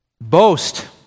Boast